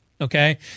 Okay